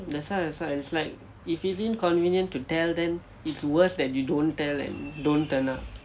that's why that's why it's like if it's inconvenient to tell then it's worse that you don't tell and don't turn up